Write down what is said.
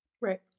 Right